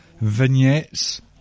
vignettes